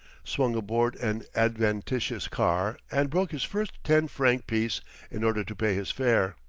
swung aboard an adventitious car and broke his first ten-franc piece in order to pay his fare.